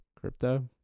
crypto